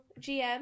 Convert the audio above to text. GM